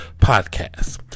podcast